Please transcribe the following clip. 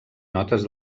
notes